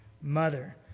mother